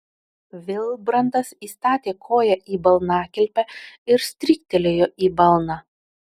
vilbrantas įstatė koją į balnakilpę ir stryktelėjo į balną